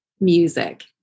music